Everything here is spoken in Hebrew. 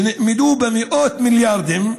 שנאמדו במאות מיליארדים,